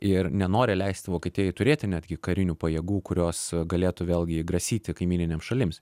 ir nenori leisti vokietijai turėti netgi karinių pajėgų kurios galėtų vėlgi grasyti kaimyninėms šalims